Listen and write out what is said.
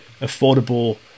affordable